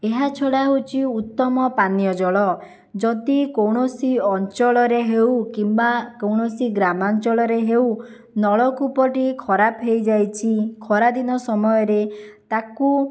ଏହାଛଡ଼ା ହେଉଛି ଉତ୍ତମ ପାନୀୟଜଳ ଯଦି କୌଣସି ଅଞ୍ଚଳରେ ହେଉ କିମ୍ବା କୌଣସି ଗ୍ରାମାଞ୍ଚଳରେ ହେଉ ନଳକୂପଟି ଖରାପ ହୋଇଯାଇଛି ଖରାଦିନ ସମୟରେ ତାକୁ